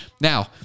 now